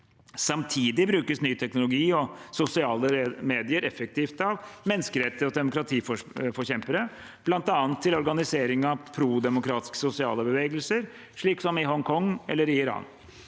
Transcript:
Samtidig brukes ny teknologi og sosiale medier effektivt av menneskerettighets- og demokratiforkjempere, bl.a. til organisering av pro-demokratiske sosiale bevegelser – slik som i Hongkong eller i Iran.